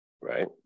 Right